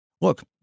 Look